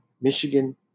Michigan